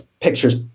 pictures